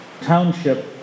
township